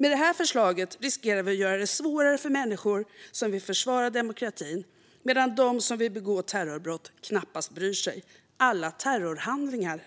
Med det här förslaget riskerar vi att göra det svårare för människor som vill försvara demokratin, medan de som vill begå terrorbrott knappast bryr sig. Alla terrorhandlingar